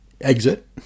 exit